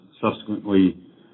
subsequently